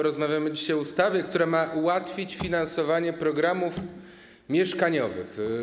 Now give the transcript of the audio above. Rozmawiamy dzisiaj o ustawie, która ma ułatwić finansowanie programów mieszkaniowych.